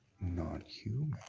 non-human